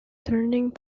turning